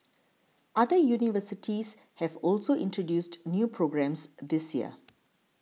other universities have also introduced new programmes this year